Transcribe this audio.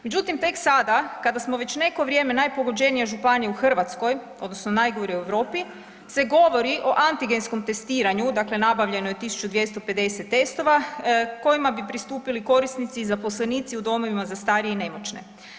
Međutim, tek sada kada smo već neko vrijeme najpogođenija županija u Hrvatskoj, odnosno najgori u Europi se govori o antigenskom testiranju, dakle nabavljeno je 1250 testova kojima bi pristupili korisnici i zaposlenici u domovima za starije i nemoćne.